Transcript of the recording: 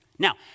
Now